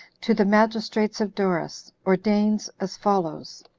to the magistrates of doris, ordains as follows